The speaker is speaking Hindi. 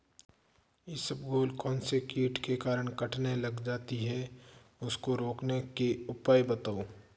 इसबगोल कौनसे कीट के कारण कटने लग जाती है उसको रोकने के उपाय बताओ?